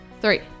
Three